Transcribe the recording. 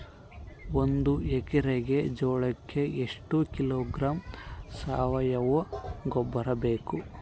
ಒಂದು ಎಕ್ಕರೆ ಜೋಳಕ್ಕೆ ಎಷ್ಟು ಕಿಲೋಗ್ರಾಂ ಸಾವಯುವ ಗೊಬ್ಬರ ಬೇಕು?